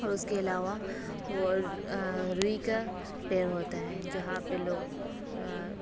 اور اس کے علاوہ وہ روئی کا پیڑ ہوتا ہے جہاں پہ لوگ